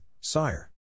sire